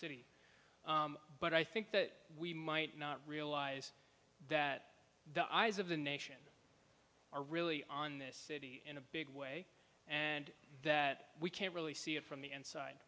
city but i think that we might not realize that the eyes of the nation are really on this city in a big way and that we can't really see it from the inside